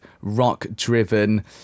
rock-driven